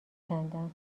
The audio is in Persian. کندم